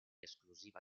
esclusiva